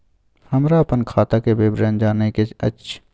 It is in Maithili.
हमरा अपन खाता के विवरण जानय के अएछ?